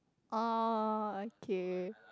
oh okay